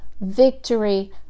victory